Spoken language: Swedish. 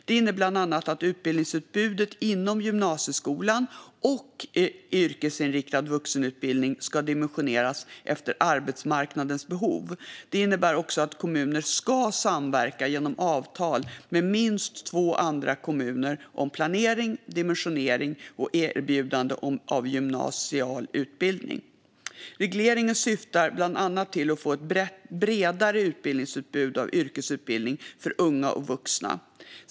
Det innebär bland annat att utbildningsutbudet inom gymnasieskolan och yrkesinriktad vuxenutbildning ska dimensioneras efter arbetsmarknadens behov. Det innebär också att kommuner ska samverka genom avtal med minst två andra kommuner om planering, dimensionering och erbjudande av gymnasial utbildning. Regleringen syftar bland annat till att få ett bredare utbildningsutbud av yrkesutbildning för unga och vuxna.